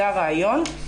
זה הרעיון.